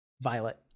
Violet